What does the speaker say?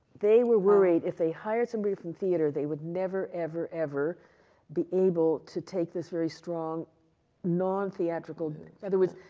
they were worried if they hired somebody from theater, they would never ever ever be able to take this very strong non theoretical, in other words,